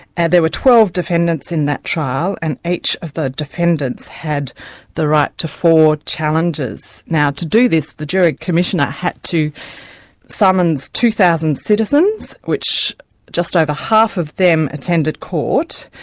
and there were twelve defendants in that trial, and each of the defendants had the right to four challenges. now to do this, the jury commissioner had to summons two thousand citizens which just over half of them attended court,